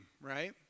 right